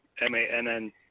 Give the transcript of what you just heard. M-A-N-N